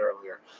earlier